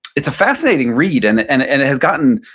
it's a fascinating read, and it and and it has gotten,